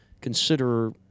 consider